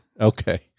Okay